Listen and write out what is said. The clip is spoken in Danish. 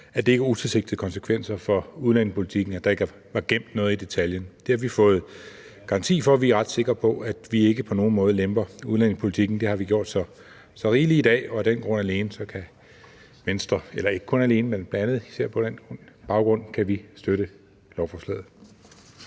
at det ikke har utilsigtede konsekvenser for udlændingepolitikken, og at der ikke var gemt noget i detaljen. Det har vi fået garanti for, og vi er ret sikre på, at vi ikke på nogen måde lemper udlændingepolitikken – det har vi gjort så rigeligt i dag – og bl.a. på den baggrund kan Venstre støtte lovforslaget.